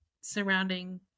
surrounding